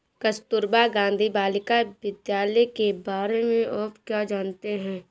कस्तूरबा गांधी बालिका विद्यालय के बारे में आप क्या जानते हैं?